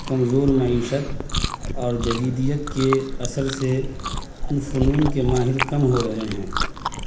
کمزور معیشت اور جدیدیت کے اثر سے ان فنون کے ماہر کم ہو رہے ہیں